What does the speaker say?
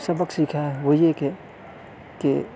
سبق سیکھا ہے وہ یہ کہ کہ